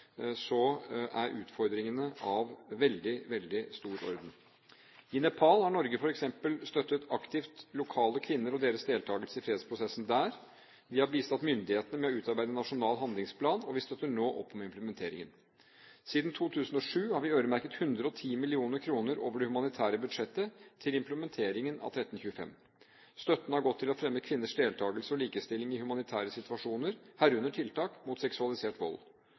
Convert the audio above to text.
utfordringene er av veldig, veldig stor orden. I Nepal har Norge f.eks. støttet aktivt lokale kvinner og deres deltakelse i fredsprosessen der. Vi har bistått myndighetene med å utarbeide en nasjonal handlingsplan, og vi støtter nå opp om implementeringen. Siden 2007 har vi øremerket 110 mill. kr over det humanitære budsjettet til implementeringen av 1325. Støtten har gått til å fremme kvinners deltakelse og likestilling i humanitære situasjoner, herunder tiltak mot seksualisert vold.